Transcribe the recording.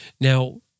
Now